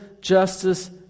justice